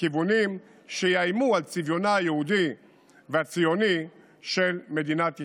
לכיוונים שיאיימו על צביונה היהודי והציוני של מדינת ישראל.